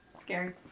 Scary